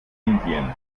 indien